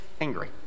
angry